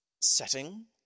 setting